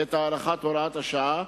את הארכת הוראת השעה,